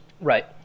Right